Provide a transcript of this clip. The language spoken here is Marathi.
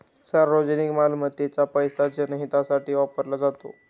सार्वजनिक मालमत्तेचा पैसा जनहितासाठी वापरला जातो